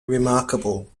remarkable